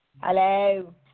Hello